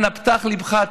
אנא, פתח את ליבך.